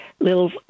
little